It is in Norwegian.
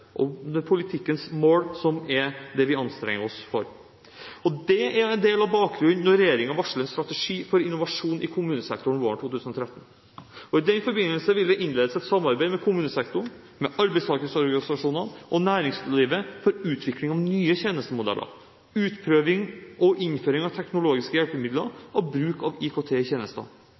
politikkens mål, som er det vi anstrenger oss for. Det er en del av bakgrunnen når regjeringen varsler en strategi for innovasjon i kommunesektoren våren 2013. I den forbindelse vil det innledes et samarbeid med kommunesektoren, arbeidstakerorganisasjonene og næringslivet for utvikling av nye tjenestemodeller, utprøving og innføring av teknologiske hjelpemidler og bruk av